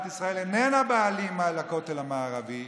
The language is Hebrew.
ישראל איננה הבעלים על הכותל המערבי,